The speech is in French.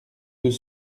deux